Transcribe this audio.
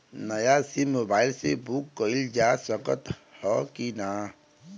नया SIM mobile से book कइलजा सकत ह कि ना?